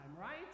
right